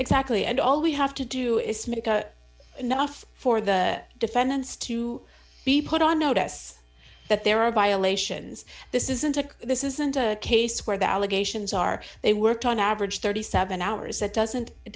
exactly and all we have to do is make enough for the defendants to be put on notice that there are violations this isn't a this isn't a case where the allegations are they worked on average thirty seven hours that doesn't it